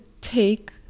take